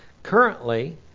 Currently